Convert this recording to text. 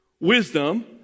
wisdom